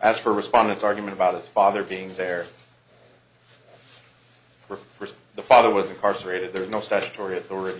as for respondants argument about his father being there for the father was incarcerated there is no statutory authority